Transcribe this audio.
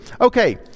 okay